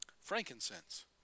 Frankincense